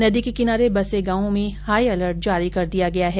नदी के किनारे बसे गांवों में हाईअलर्ट जारी किया गया है